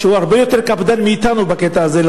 שהוא הרבה יותר קפדן מאתנו בקטע הזה,